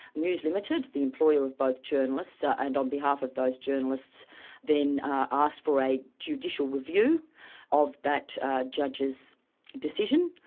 news limited, the employer of both journalists, ah and on behalf of those journalists then asked for a judicial review of that judge's decision,